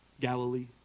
Galilee